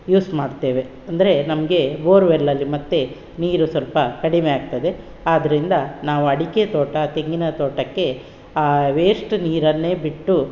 use ಮಾಡ್ತೇವೆ ಅಂದರೆ ನಮಗೆ ಬೋರ್ವೆಲಲ್ಲಿ ಮತ್ತೆ ನೀರು ಸ್ವಲ್ಪ ಕಡಿಮೆ ಆಗ್ತದೆ ಆದ್ದರಿಂದ ನಾವು ಅಡಿಕೆ ತೋಟ ತೆಂಗಿನ ತೋಟಕ್ಕೆ ಆ ವೇಸ್ಟ್ ನೀರನ್ನೇ ಬಿಟ್ಟು